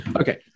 Okay